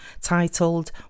titled